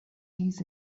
his